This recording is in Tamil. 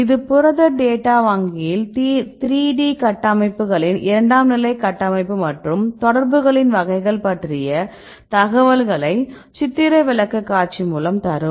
இது புரத டேட்டா வங்கியில் 3D கட்டமைப்புகளின் இரண்டாம் நிலை கட்டமைப்பு மற்றும் தொடர்புகளின் வகைகள் பற்றிய தகவல்களை சித்திர விளக்கக்காட்சி மூலம் தரும்